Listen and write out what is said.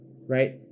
right